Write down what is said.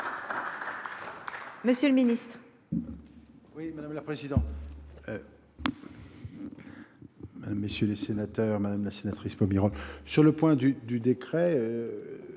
monsieur le ministre,